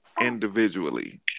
individually